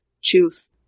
choose